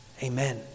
Amen